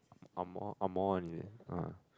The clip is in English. angmoh angmoh one is it ah